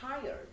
tired